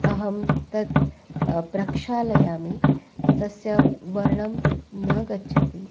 अहं तत् प्रक्षालयामि तस्य वर्णं न गच्छति